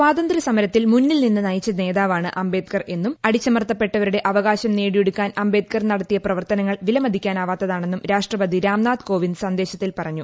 സ്വാതന്ത്ര്യ സമരത്തിൽ മുന്നിൽ നിന്ന് നയിച്ചു നേതാവാണ് അംബേദ്ക്കർ എന്നും അടിച്ചുമർത്തപ്പെട്ടവരുടെ അവകാശം നേടിയെടുക്കാൻ അംബേദ്ക്കർ പ്രവർത്തനങ്ങൾ നടത്തിയ വിലമതിക്കാനാവാത്താണെന്നും രാഷ്ട്രപതി രാംനാഥ് കോവിന്ദ് സന്ദേശത്തിൽ പറഞ്ഞു